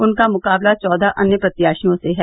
उनका मुकाबला चौदह अन्य प्रत्याशियों से है